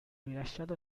rilasciato